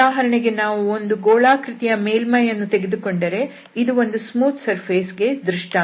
ಉದಾಹರಣೆಗೆ ನಾವು ಒಂದು ಗೋಳಾಕೃತಿಯ ಮೇಲ್ಮೈಯನ್ನು ತೆಗೆದುಕೊಂಡರೆ ಇದು ಒಂದು ಸ್ಮೂತ್ ಸರ್ಫೇಸ್ ಗೆ ದೃಷ್ಟಾಂತ